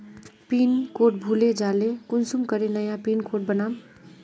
Pin code भूले जाले कुंसम करे नया पिन कोड बनाम?